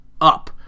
up